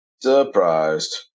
surprised